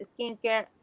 skincare